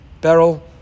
Beryl